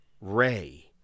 Ray